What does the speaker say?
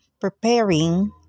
preparing